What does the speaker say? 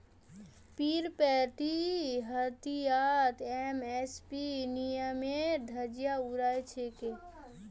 पीरपैंती हटियात एम.एस.पी नियमेर धज्जियां उड़ाई छेक